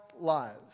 lives